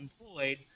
employed